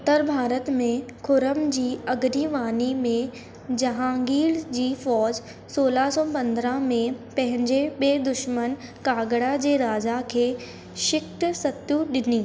उत्तर भारत में खुर्रम जी अॻरीवानी में जहांगीर जी फ़ौज सोरहं सौ पंद्राह में पंहिंजे ॿिए वॾे दुशमन कांगड़ा जे राजा खे शिख़स्तु ॾिनी